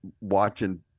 watching